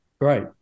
Right